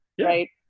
right